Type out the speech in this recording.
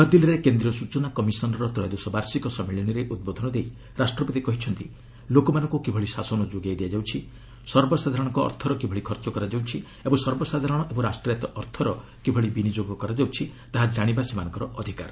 ନ୍ନଆଦିଲ୍ଲୀରେ କେନ୍ଦ୍ରୀୟ ସ୍ୱଚନା କମିଶନ୍ ର ତ୍ରୟୋଦଶ ବାର୍ଷିକ ସମ୍ମିଳନୀରେ ଉଦ୍ବୋଧନ ଦେଇ ରାଷ୍ଟ୍ରପତି କହିଛନ୍ତି ଲୋକମାନଙ୍କୁ କିଭଳି ଶାସନ ଯୋଗାଇ ଦିଆଯାଉଛି ସର୍ବସାଧାରଣଙ୍କ ଅର୍ଥର କିଭଳି ଖର୍ଚ୍ଚ କରାଯାଉଛି ଓ ସର୍ବସାଧାରଣ ଏବଂ ରାଷ୍ଟ୍ରୟତ୍ତ ଅର୍ଥର କିଭଳି ବିନିଯୋଗ କରାଯାଉଛି ତାହା ଜାଣିବା ସେମାନଙ୍କର ଅଧିକାର